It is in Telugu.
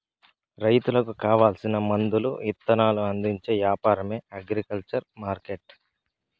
రైతులకు కావాల్సిన మందులు ఇత్తనాలు అందించే యాపారమే అగ్రికల్చర్ మార్కెట్టు